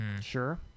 sure